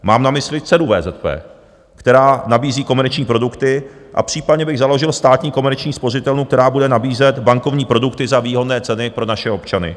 Mám na mysli dceru VZP, která nabízí komerční produkty, případně bych založil státní komerční spořitelnu, která bude nabízet bankovní produkty za výhodné ceny pro naše občany.